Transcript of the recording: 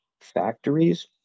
factories